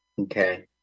okay